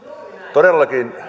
todellakin kuten